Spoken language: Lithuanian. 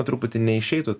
truputį neišeitų